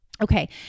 Okay